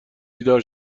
بیدار